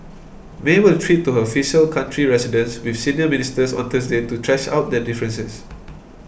May will retreat to her official country residence with senior ministers on Thursday to thrash out their differences